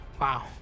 wow